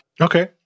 Okay